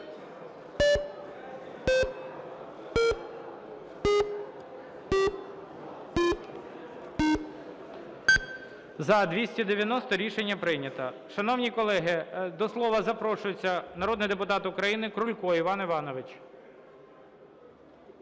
За-290 Рішення прийнято. Шановні колеги, до слова запрошується народний депутат України Крулько Іван Іванович.